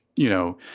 you know,